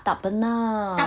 tak pernah